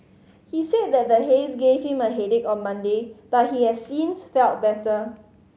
he said that the haze gave him a headache on Monday but he has since felt better